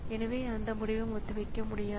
எனவே இந்த வழியில் அது தொடர்கிறது